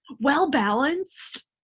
Well-balanced